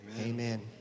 amen